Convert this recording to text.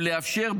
ולאפשר,